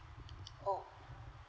oh